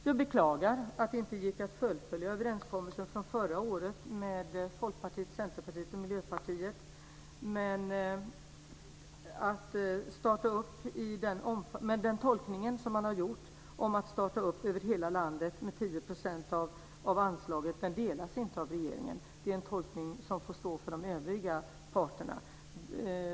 Jag beklagar att det inte gick att fullfölja överenskommelsen från förra året med Folkpartiet, Centerpartiet och Miljöpartiet. Men den tolkning som man har gjort om att starta upp över hela landet med 10 % av anslaget delas inte av regeringen. Det är en tolkning som får stå för de övriga parterna.